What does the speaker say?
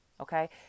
Okay